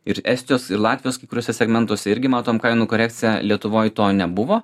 ir estijos ir latvijos kai kuriuose segmentuose irgi matom kainų korekciją lietuvoj to nebuvo